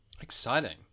Exciting